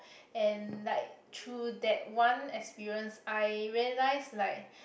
and like through that one experience I realised like